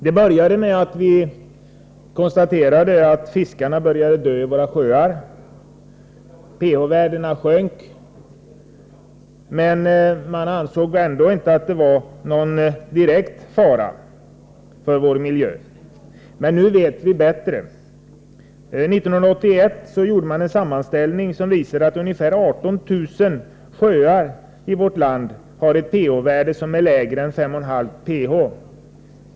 Det började med att vi konstaterade att fisken dog i våra sjöar och att ph-värdena sjönk. Man ansåg ändå inte att det var någon direkt fara för vår miljö, men nu vet vi bättre. År 1981 gjorde man en sammanställning som visade att ungefär 18 000 sjöar i vårt land har ett pH-värde som är lägre än 5,5.